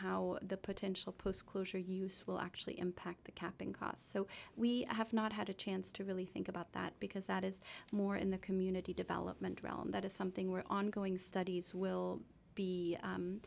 how the potential post closure use will actually impact the capping costs so we have not had a chance to really think about that because that is more in the community development realm that is something we're ongoing studies will be